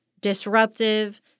disruptive